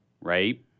right